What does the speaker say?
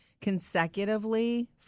consecutively